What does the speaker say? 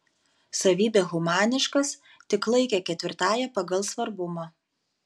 savybę humaniškas tik laikė ketvirtąja pagal svarbumą